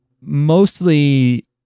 mostly